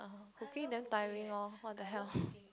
uh working damn tiring orh what the hell